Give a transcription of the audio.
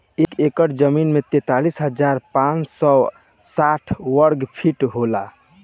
एक एकड़ जमीन तैंतालीस हजार पांच सौ साठ वर्ग फुट होला